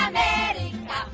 America